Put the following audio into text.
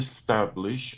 establish